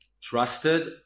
trusted